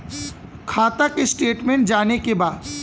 खाता के स्टेटमेंट जाने के बा?